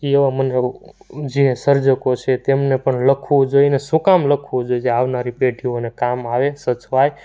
એવા મને જે સર્જકો છે તેમને પણ લખવું જોઈએ ને શું કામ લખવું જોઈએ જે આવનારી પેઢીઓને કામ આવે સચવાય